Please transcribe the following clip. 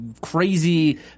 crazy